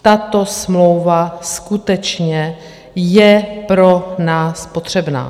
Tato smlouva skutečně je pro nás potřebná.